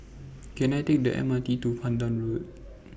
Can I Take The M R T to Pandan Road